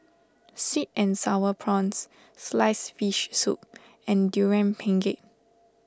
Sweet and Sour Prawns Sliced Fish Soup and Durian Pengat